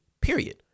period